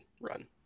run